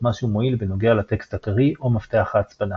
משהו מועיל בנוגע לטקסט הקריא או מפתח ההצפנה.